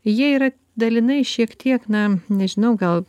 jie yra dalinai šiek tiek na nežinau gal